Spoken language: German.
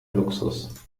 luxus